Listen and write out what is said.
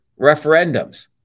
referendums